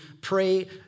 pray